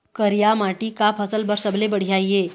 करिया माटी का फसल बर सबले बढ़िया ये?